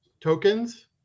tokens